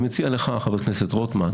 אני מציע לך, חבר הכנסת רוטמן,